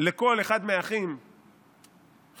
לכל אחד מהאחים חליפה,